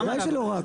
בוודאי שלא רק.